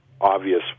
obvious